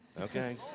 Okay